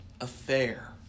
Affair